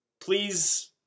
Please